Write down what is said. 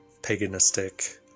paganistic